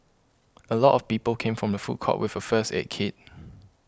a lot of people came from the food court with a first aid kit